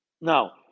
Now